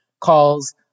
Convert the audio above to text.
calls